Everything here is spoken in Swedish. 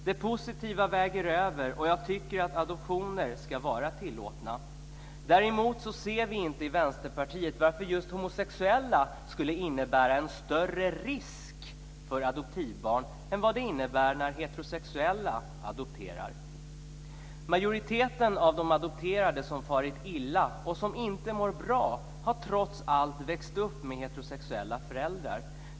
Det positiva väger över, och jag tycker att adoptioner ska vara tillåtna. Däremot ser vi inte i Vänsterpartiet varför just homosexuella skulle innebära en större risk för adoptivbarn än heterosexuella som adopterar. Majoriteten av de adopterade som farit illa och som inte mår bra har trots allt växt upp med heterosexuella föräldrar.